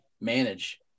manage